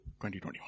2021